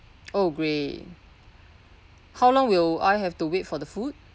oh great how long will I have to wait for the food